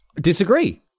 Disagree